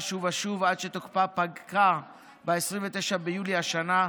שוב ושוב עד שתוקפה פקע ב-29 ביולי השנה.